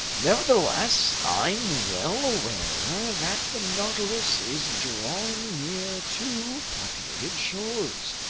nevertheless, i'm well aware that the nautilus is drawing near to populated shores,